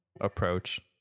approach